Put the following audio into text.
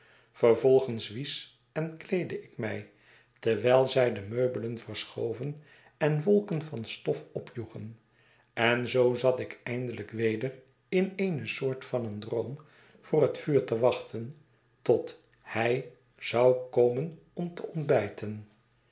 vervolgens wiesch en kleedde ik mij terwijl zij de meubelen verschoven en wolken van stof opjoegen en zoo zat ik eindelijk weder in eene soort van een droom voor het vuur te wachten tot hij zou komen om te ontbijten